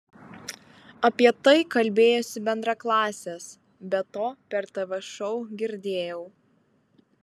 apie tai kalbėjosi bendraklasės be to per tv šou girdėjau